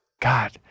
God